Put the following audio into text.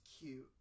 cute